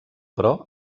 però